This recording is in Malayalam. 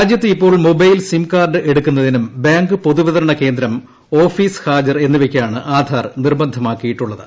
രാജ്യത്ത് ഇപ്പോൾ മൊബൈൽ സിം കാർഡ് എടുക്കുന്നതിനും ബാങ്ക് പൊതുവിതരണ കേന്ദ്രം ഓഫീസ് ഹാജർ എന്നിവയ്ക്കാണ് ആധാർ നിർബന്ധമാക്കിയിട്ടുള്ളത്